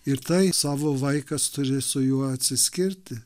ir tai savo vaikas turi su juo atsiskirti